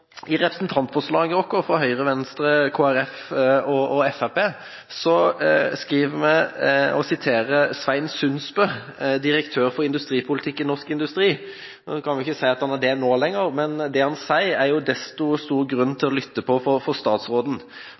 i representantforslaget fra Høyre, Venstre, Kristelig Folkeparti og Fremskrittspartiet så skriver vi og siterer Svein Sundsbø, direktør for industripolitikk i Norsk Industri. En kan vel ikke si at han er det nå lenger, men det han sier, er det jo desto større grunn til å lytte på for statsråden. For